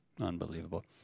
Unbelievable